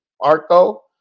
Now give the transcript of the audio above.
arco